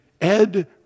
Ed